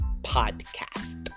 podcast